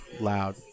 loud